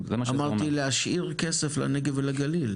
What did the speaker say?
אמרתי להשאיר כסף לנגב ולגליל,